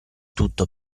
tutto